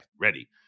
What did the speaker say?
ready